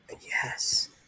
Yes